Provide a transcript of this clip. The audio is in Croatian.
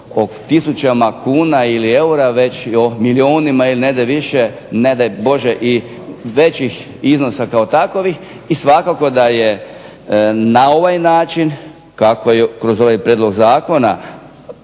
o tisućama kuna ili eura već o milijunima ne daj Bože većih iznosa kao takovih i svakako da je na ovaj način kako je kroz ovaj Prijedlog zakona